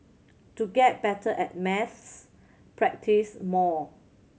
to get better at maths practise more